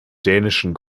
dänischen